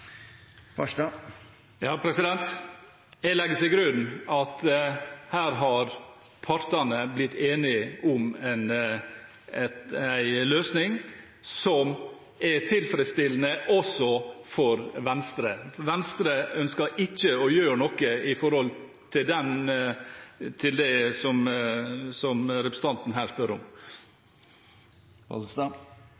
Jeg legger til grunn at her har partene blitt enige om en løsning som er tilfredsstillende også for Venstre. Venstre ønsker ikke å gjøre noe med hensyn til det som representanten her spør om.